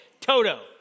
Toto